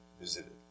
visited